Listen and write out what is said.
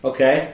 Okay